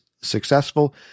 successful